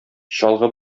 чалгы